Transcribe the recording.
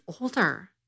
older